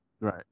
Right